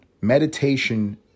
Meditation